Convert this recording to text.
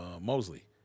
Mosley